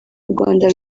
rwanda